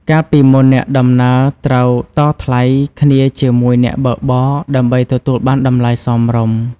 កាលពីមុន អ្នកដំណើរត្រូវតថ្លៃគ្នាជាមួយអ្នកបើកបរដើម្បីទទួលបានតម្លៃសមរម្យ។